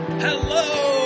Hello